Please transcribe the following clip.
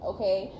Okay